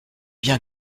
bien